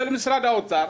של משרד האוצר,